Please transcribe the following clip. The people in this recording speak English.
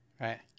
right